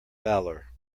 valour